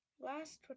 last